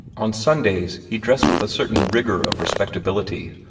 on sundays he dressed with a certain rigor of respectability,